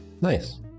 Nice